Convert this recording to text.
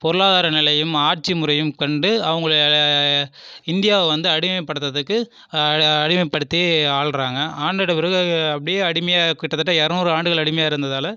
பொருளாதார நிலையும் ஆட்சி முறையும் கண்டு அவங்களை இந்தியா வந்து அடிமைப்படித்தறதுக்கு அடிமைப்படுத்தி ஆள்கிறாங்க ஆண்டுவிட்ட பிறகு அப்படியே அடிமையாக கிட்டத்தட்ட இரநூறு ஆண்டுகள் அடிமையாக இருந்ததாலே